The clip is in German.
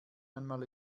einmal